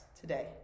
today